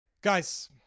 guys